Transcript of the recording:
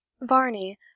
varney